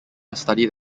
studied